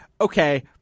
okay